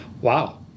wow